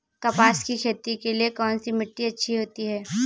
कपास की खेती के लिए कौन सी मिट्टी अच्छी होती है?